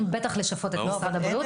בטח לשפות את משרד הבריאות.